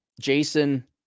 Jason